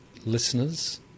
listeners